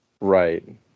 Right